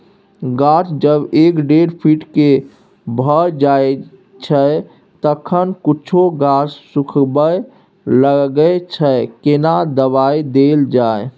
गाछ जब एक डेढ फीट के भ जायछै तखन कुछो गाछ सुखबय लागय छै केना दबाय देल जाय?